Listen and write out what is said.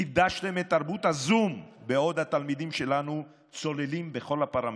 קידשתם את תרבות הזום בעוד התלמידים שלנו צוללים בכל הפרמטרים.